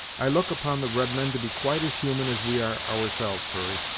i look upon the redmen to be quite as human as we are ourselves, hurry.